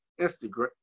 Instagram